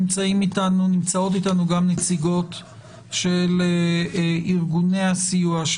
נמצאות אתנו גם נציגות של ארגוני הסיוע,